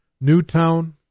Newtown